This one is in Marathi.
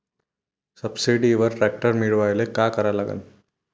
सबसिडीवर ट्रॅक्टर मिळवायले का करा लागन?